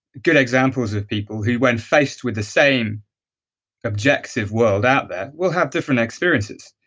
good examples of people who when faced with the same objective world out there will have different experiences.